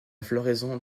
floraison